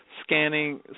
scanning